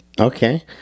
Okay